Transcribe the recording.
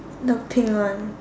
the pink one